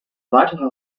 weiterer